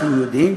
אנחנו יודעים